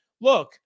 look